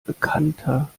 bekannter